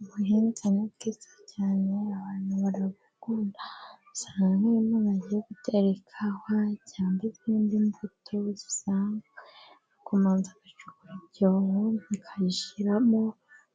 Ubuhinzi ni bwiza cyane abantu barabukunda usanga nk'iyo umuntu agiye gutera ikawa cyangwa izindi mbuto zisanzwe abanza agacukura ibyobo, akayishyiramo